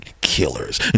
killers